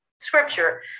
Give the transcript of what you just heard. Scripture